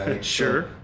Sure